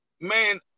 man